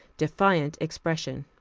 defiant expression.